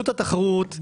התחרות,